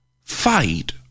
fight